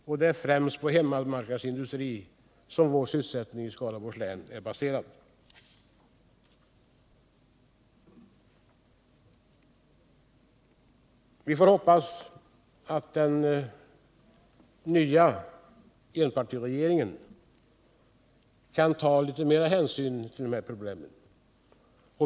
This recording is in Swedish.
Och det är främst på hemmamarknadsindustrin som vår sysselsättning i Skaraborgs län är baserad. Vi får hoppas att den nya enpartiregeringen kan ta litet mer hänsyn till de här problemen.